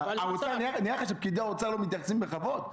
נראה לך שפקידי האוצר לא מתייחסים בכבוד?